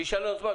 כשישאל עוד פעם,